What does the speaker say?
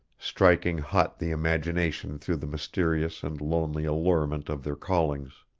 striking hot the imagination through the mysterious and lonely allurement of their callings.